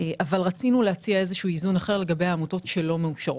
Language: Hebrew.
אבל רצינו להציע איזון אחר לגבי עמותות שאינן מאושרות.